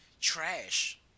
trash